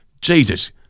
jesus